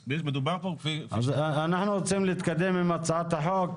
אנחנו רוצים להתקדם עם הצעת החוק.